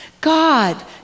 God